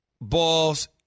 balls